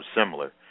similar